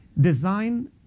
Design